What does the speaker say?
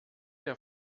der